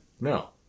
No